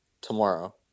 tomorrow